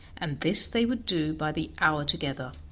and this they would do by the hour together.